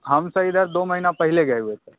हम सर इधर दो महीना पहले गए हुए थे